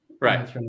right